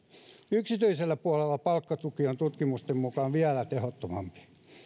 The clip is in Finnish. yksityisellä puolella palkkatuki on tutkimusten mukaan vielä tehottomampi